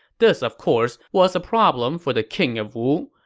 this of course, was a problem for the king of wu,